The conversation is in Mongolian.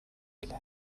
билээ